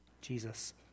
Jesus